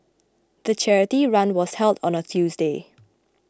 the charity run was held on a Tuesday